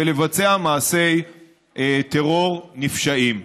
ולבצע מעשי טרור נפשעים.